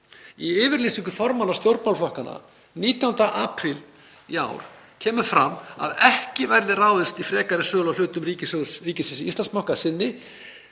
Í yfirlýsingu formanna stjórnmálaflokkanna 19. apríl í ár kemur fram að ekki verði ráðist í frekari sölu á hlutum ríkisins í Íslandsbanka að sinni